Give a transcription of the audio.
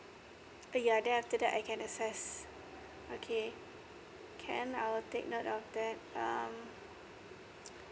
uh ya then after that I can access okay can I will take note of that um